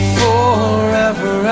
forever